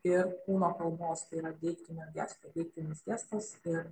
ir kūno kalbos tai yra deiktinio gesto deiktinis gestas ir